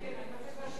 אנחנו עוברים